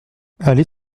aller